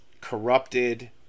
corrupted